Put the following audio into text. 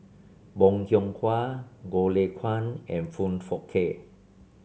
Bong Hiong Hwa Goh Lay Kuan and Foong Fook Kay